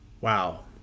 Wow